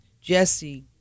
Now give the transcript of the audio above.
Jesse